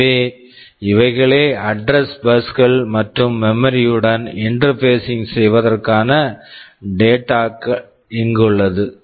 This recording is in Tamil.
எனவே இவைகளே அட்ரஸ் பஸ் address bus கள் மற்றும் மெமரி memory யுடன் இன்டெர்பேசிங் interfacing செய்வதற்கான டேட்டா data பஸ் bus கள் இங்குள்ளது